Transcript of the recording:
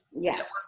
Yes